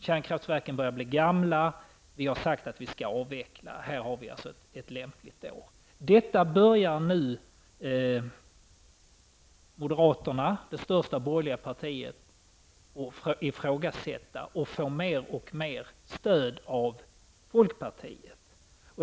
Kärnkraftsverken börjar bli gamla, och vi har sagt att vi skall avveckla, och här har vi ett lämpligt år. Detta börjar nu moderata samlingspartiet, det största borgerliga partiet, att ifrågasätta, och man får alltmer stöd från folkpartiet.